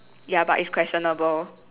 ya but is questionable